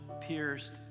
pierced